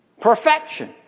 perfection